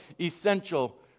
essential